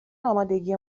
آمادگی